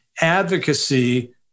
advocacy